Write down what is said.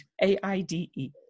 A-I-D-E